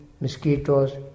mosquitoes